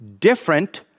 different